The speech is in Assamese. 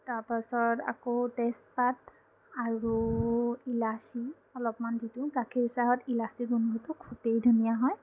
তাৰপাছত আকৌ তেজপাত আৰু ইলাচি অলপমান দি দিওঁ গাখীৰ চাহত ইলাচিৰ গোন্ধটো খুবেই ধুনীয়া হয়